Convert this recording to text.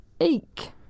eek